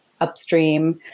upstream